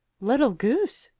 little goose!